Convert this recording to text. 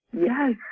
Yes